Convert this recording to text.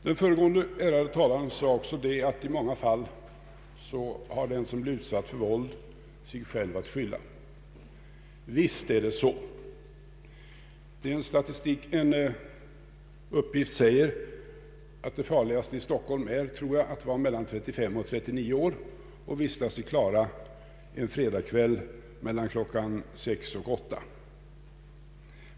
Den föregående ärade talaren sade också att i många fall har den som blir utsatt för våld sig själv att skylla. Visst är det så. En statistisk uppgift säger att det farligaste i Stockholm är att vara mellan 35 och 39 år gammal och vistas i Klara en fredagkväll mellan kl. 18 och kl. 20.